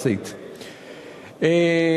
מסדר-היום.